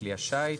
בכלי השיט.